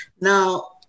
Now